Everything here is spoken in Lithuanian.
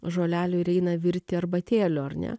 žolelių ir eina virti arbatėlių ar ne